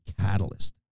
catalyst